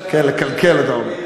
לקלקל, אתה אומר.